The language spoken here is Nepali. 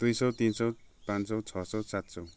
दुई सौ तिन सौ पाँच सौ छ सौ सात सौ